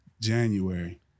January